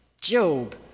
Job